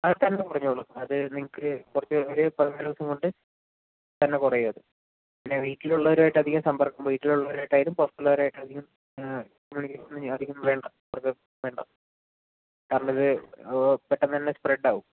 അത് തന്നെ കുറഞ്ഞോളും അത് നിങ്ങൾക്ക് കുറച്ച് ഒരു പതിനാല് ദിവസം കൊണ്ട് തന്നെ കുറയും അത് വീട്ടിലുള്ളവരുമായിട്ട് അധികം സമ്പർക്കം വീട്ടിൽ ഉള്ളവരും ആയിട്ട് ആയാലും പുറത്ത് ഉള്ളവർ ആയിട്ട് ആയാലും അധികം വേണ്ട അത് വേണ്ട കാരണം ഇത് പെട്ടന്ന് തന്നെ സ്പ്രെഡ് ആവും